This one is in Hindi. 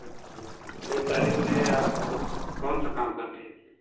लेफ्ट तारिक में आप कौन सा काम कर रहे थे